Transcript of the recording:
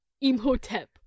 imhotep